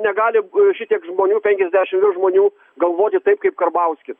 negali šitiek žmonių penkiasdešim virš žmonių galvoti taip kaip karbauskis